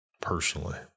personally